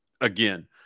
again